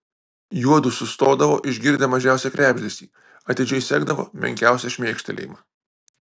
juodu sustodavo išgirdę mažiausią krebždesį atidžiai sekdavo menkiausią šmėkštelėjimą